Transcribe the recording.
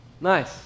nice